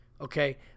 okay